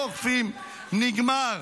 לא אוכפים, נגמר.